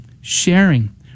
sharing